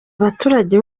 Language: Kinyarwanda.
abaturage